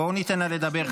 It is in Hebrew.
בואו ניתן לה לדבר.